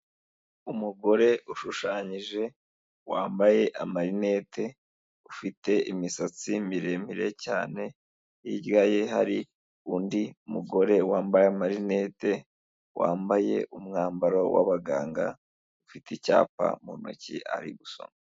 Umugore ushushanyije wambaye amarinete, ufite imisatsi miremire cyane, hirya ye hari undi mugore wambaye amarinete, wambaye umwambaro w'abaganga ufite icyapa mu ntoki ari gusoma.